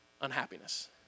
unhappiness